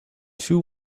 two